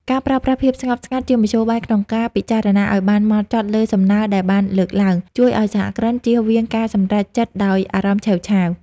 ការប្រើប្រាស់ "ភាពស្ងប់ស្ងាត់" ជាមធ្យោបាយក្នុងការពិចារណាឱ្យបានហ្មត់ចត់លើសំណើដែលបានលើកឡើង ជួយឱ្យសហគ្រិនជៀសវាងការសម្រេចចិត្តដោយអារម្មណ៍ឆេវឆាវ។